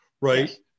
right